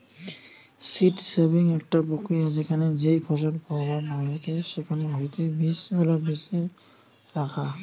seed saving একটা প্রক্রিয়া যেখানে যেই ফসল ফলন হয়েটে সেখান হইতে বীজ গুলা বেছে রাখা